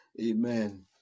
Amen